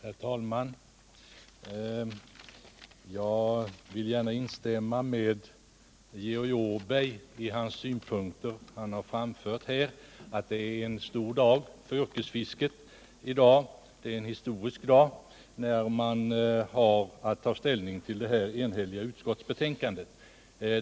Herr talman! Jag vill gärna instämma i de synpunkter som Georg Åberg har framfört. Det är en stor dag och en historisk dag för yrkesfisket, när riksdagen nu har att ta ställning till detta enhälliga utskottsbetänkande.